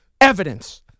Evidence